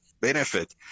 benefit